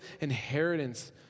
inheritance